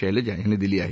शैलजा यांनी दिली आहे